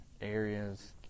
areas